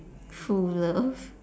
true love